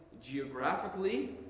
geographically